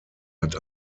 hat